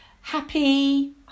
happy